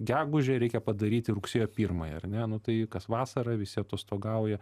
gegužę reikia padaryti rugsėjo pirmąją ar ne nu tai kas vasarą visi atostogauja